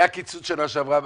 היה קיצוץ בשנה שעברה?